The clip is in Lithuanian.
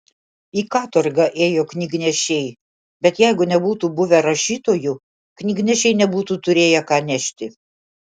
į katorgą ėjo knygnešiai bet jeigu nebūtų buvę rašytojų knygnešiai nebūtų turėję ką nešti